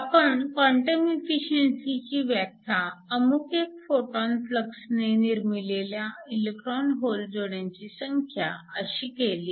आपण क्वांटम एफिशिअन्सीची व्याख्या अमुक एका फोटॉन फ्लक्सने निर्मिलेल्या इलेक्ट्रॉन होल जोड्यांची संख्या अशी केली आहे